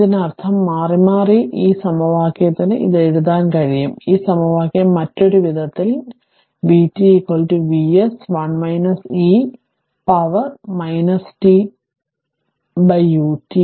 അതിനാൽ ഇതിനർത്ഥം മാറിമാറി ഈ സമവാക്യത്തിന് ഇത് എഴുതാൻ കഴിയും ഈ സമവാക്യം മറ്റൊരു വിധത്തിൽ അത് vt Vs 1 e to പവറിന് t to ut